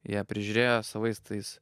ją prižiūrėjo savais tais